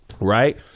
right